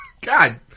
God